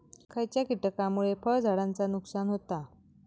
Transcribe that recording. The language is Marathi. खयच्या किटकांमुळे फळझाडांचा नुकसान होता?